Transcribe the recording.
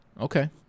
Okay